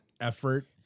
effort